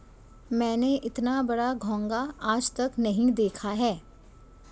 मैंने इतना बड़ा घोंघा आज तक नही देखा है